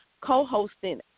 co-hosting